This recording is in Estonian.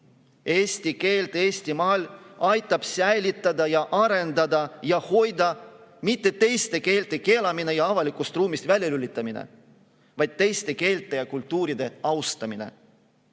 Eesti keelt Eestimaal aitab arendada ja hoida mitte teiste keelte keelamine ja avalikust ruumist väljalülitamine, vaid teiste keelte ja kultuuride austamine,